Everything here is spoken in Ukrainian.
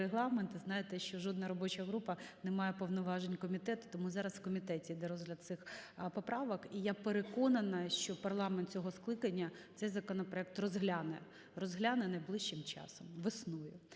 знаєте, що жодна робоча група не має повноважень комітету, тому зараз у комітеті іде розгляд цих поправок. І я переконана, що парламент цього скликання цей законопроект розгляне, розгляне найближчим часом – весною.